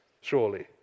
surely